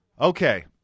Okay